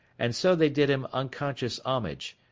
and so they did him unconscious homage,